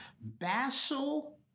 Basil